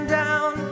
down